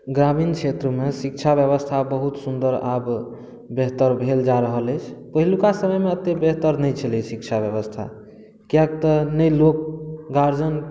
ग्रामीण क्षेत्र मे शिक्षा ब्यबस्था बहुत सुन्दर आब बेहतर भेल जा रहल अछि पहिलुका समय मे एते बेहतर नहि छलै हँ शिक्षा ब्यबस्था किआकि तऽ नहि लोक गार्जियन